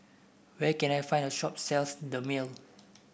where can I find a shop sells Dermale